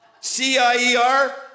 C-I-E-R